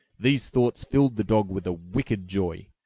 these thoughts filled the dog with a wicked joy.